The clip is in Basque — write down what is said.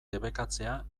debekatzea